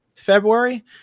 february